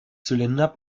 zylinder